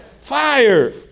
fire